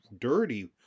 dirty